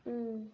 ம்